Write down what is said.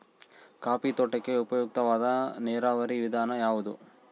Coffee ತೋಟಕ್ಕೆ ಉಪಯುಕ್ತವಾದ ನೇರಾವರಿ ವಿಧಾನ ಯಾವುದು?